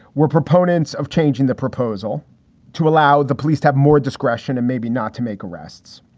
we're proponents of changing the proposal to allow the police to have more discretion and maybe not to make arrests.